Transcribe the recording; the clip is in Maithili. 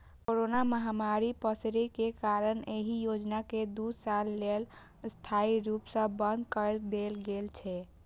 कोरोना महामारी पसरै के कारण एहि योजना कें दू साल लेल अस्थायी रूप सं बंद कए देल गेल छै